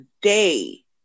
day